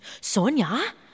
Sonia